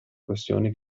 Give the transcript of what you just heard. questioni